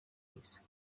pis